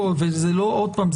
ועוד פעם,